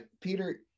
Peter